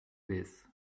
this